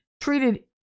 treated